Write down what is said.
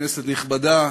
כנסת נכבדה,